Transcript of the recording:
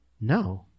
No